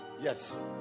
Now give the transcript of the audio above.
Yes